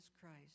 Christ